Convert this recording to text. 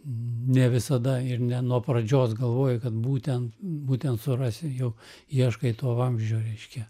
ne visada ir ne nuo pradžios galvoji kad būten būtent surasi jog ieškai to vamzdžio reiškia